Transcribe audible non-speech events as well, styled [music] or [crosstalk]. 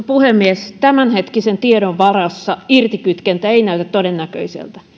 [unintelligible] puhemies tämänhetkisen tiedon varassa irtikytkentä ei näytä todennäköiseltä